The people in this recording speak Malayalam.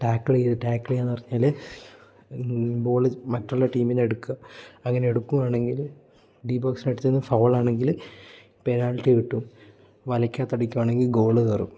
ടാക്കിൽ ചെയ്ത് ടാക്കിൾ ചെയ്യാന്ന് പറഞ്ഞാൽ ബോള് മറ്റുള്ള ടീമിനെ എടുക്കാൻ അങ്ങനെ എടുക്കുവാണെങ്കിൽ ഡി ബോക്സിന് അടിത്തിന്ന് ഫൗളാണെങ്കിൽ പെനാൾട്ടി കിട്ടും വലക്കകത്ത് അടിക്കുക ആണെങ്കിൽ ഗോള് കയറും